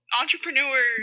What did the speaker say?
entrepreneurs